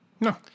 No